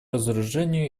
разоружению